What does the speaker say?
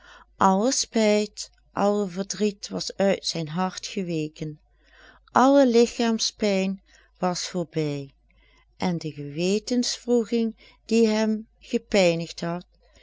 alle spijt alle verdriet was uit zijn hart geweken alle ligchaamspijn was voorbij en de gewetenswroeging die hem gepijnigd had